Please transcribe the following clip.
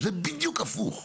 זה בדיוק הפוך.